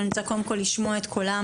אני רוצה קודם כל לשמוע את קולם,